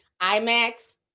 IMAX